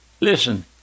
Listen